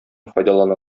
файдалана